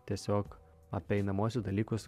tiesiog apie einamuosius dalykus